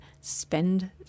spend